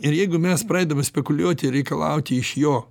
ir jeigu mes praeidame spekuliuoti ir reikalauti iš jo